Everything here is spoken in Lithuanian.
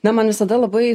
na man visada labai